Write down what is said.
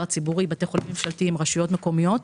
הציבורי: בתי חולים ממשלתיים ורשויות מקומיות.